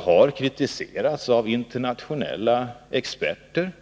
har kritiserats bl.a. av internationella experter.